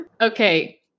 Okay